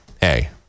hey